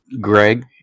Greg